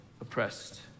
oppressed